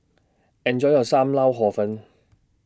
Enjoy your SAM Lau Hor Fun